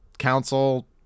Council